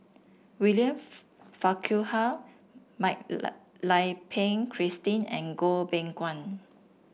William Farquhar Mak Lai Peng Christine and Goh Beng Kwan